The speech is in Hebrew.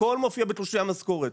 הכול מופיע בתלושי המשכורת